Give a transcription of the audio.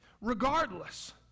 regardless